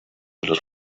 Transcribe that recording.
los